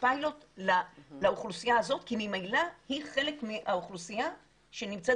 פיילוט לאוכלוסייה הזאת כי ממילא היא חלק מהאוכלוסייה שנמצאת